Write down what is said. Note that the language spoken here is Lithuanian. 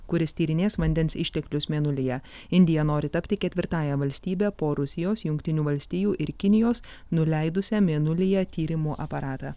kuris tyrinės vandens išteklius mėnulyje indija nori tapti ketvirtąja valstybe po rusijos jungtinių valstijų ir kinijos nuleidusia mėnulyje tyrimų aparatą